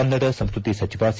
ಕನ್ನಡ ಸಂಸ್ಕೃತಿ ಸಚಿವ ಸಿ